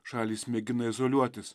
šalys mėgina izoliuotis